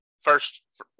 first